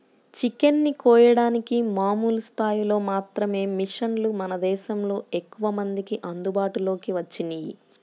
chicken ని కోయడానికి మామూలు స్థాయిలో మాత్రమే మిషన్లు మన దేశంలో ఎక్కువమందికి అందుబాటులోకి వచ్చినియ్యి